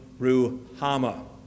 Ruhama